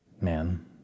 Man